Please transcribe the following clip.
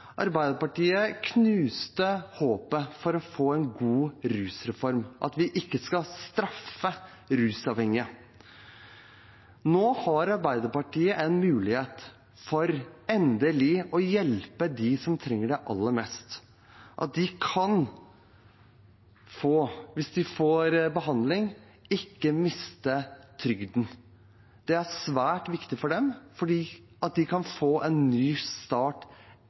Arbeiderpartiet knuste håpet om å få en god rusreform – at vi ikke skal straffe rusavhengige. Nå har Arbeiderpartiet en mulighet for endelig å hjelpe dem som trenger det aller mest, slik at de, hvis de får behandling, ikke mister trygden. Det er svært viktig for dem at de kan få en ny start